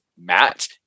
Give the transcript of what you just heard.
Matt